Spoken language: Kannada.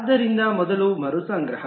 ಆದ್ದರಿಂದ ಮೊದಲು ಮರುಸಂಗ್ರಹ